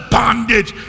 bondage